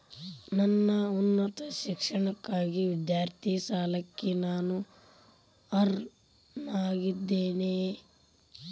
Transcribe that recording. ನನ್ನ ಉನ್ನತ ಶಿಕ್ಷಣಕ್ಕಾಗಿ ವಿದ್ಯಾರ್ಥಿ ಸಾಲಕ್ಕೆ ನಾನು ಅರ್ಹನಾಗಿದ್ದೇನೆಯೇ?